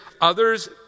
others